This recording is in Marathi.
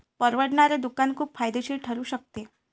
परवडणारे दुकान खूप फायदेशीर ठरू शकते